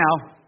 now